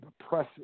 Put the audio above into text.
oppressive